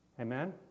Amen